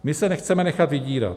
My se nechceme nechat vydírat.